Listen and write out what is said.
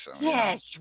Yes